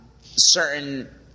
certain